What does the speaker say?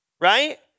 Right